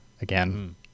again